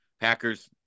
Packers